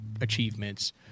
achievements